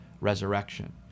resurrection